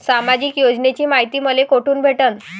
सामाजिक योजनेची मायती मले कोठून भेटनं?